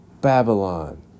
Babylon